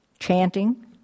Chanting